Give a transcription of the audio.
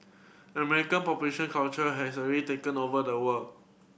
American population culture has already taken over the world